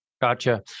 Gotcha